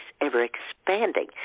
ever-expanding